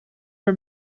for